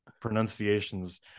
pronunciations